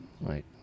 right